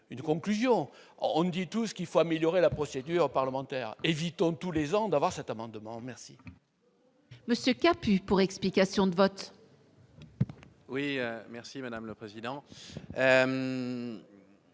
une conclusion : on nous dit tout ce qu'il faut améliorer la procédure parlementaire, évitant tous les gens d'avoir cet amendement merci. Monsieur pu pour explication de vote. Oui merci madame le président,